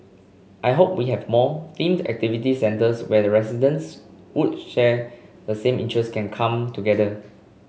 I hope we have more themed activity centres where residents would share the same interests can come together